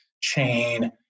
chain